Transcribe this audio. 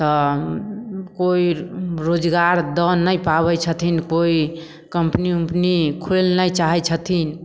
तऽ कोइ रोजगार दऽ नहि पाबय छथिन कोइ कम्पनी उम्पनी खोलि नहि चाहय छथिन